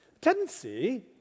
Tendency